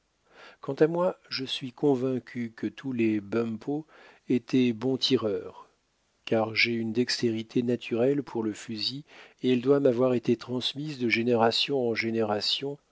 quant à moi je suis convaincu que tous les bumppos étaient bons tireurs car j'ai une dextérité naturelle pour le fusil et elle doit m'avoir été transmise de génération en génération